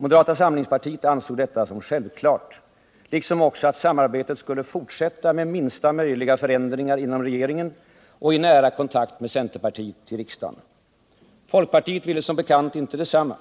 Moderata samlingspartiet ansåg detta självklart, liksom också att samarbetet skulle fortsätta med minsta möjliga förändringar inom regeringen och i nära kontakt med centerpartiet i riksdagen. Folkpartiet ville som bekant inte detsamma.